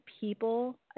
people